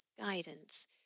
guidance